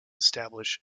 establish